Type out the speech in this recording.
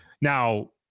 now